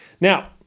Now